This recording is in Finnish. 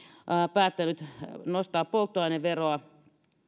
päättänyt nostaa polttoaineveroa